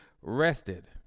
rested